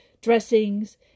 dressings